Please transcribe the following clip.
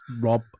Rob